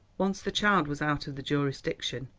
once the child was out of the jurisdiction,